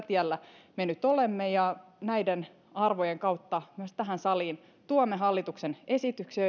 tiellä me nyt olemme ja näiden arvojen kautta myös tähän saliin tuomme hallituksen esityksiä